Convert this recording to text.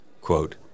Quote